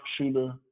shooter